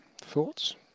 thoughts